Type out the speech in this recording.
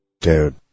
Dude